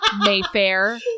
Mayfair